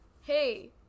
hey